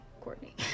Courtney